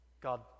God